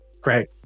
Great